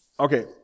Okay